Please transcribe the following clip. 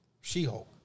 She-Hulk